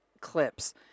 clips